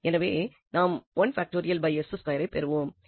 எனவே நாம் ஐ பெற்றோம்